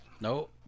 Nope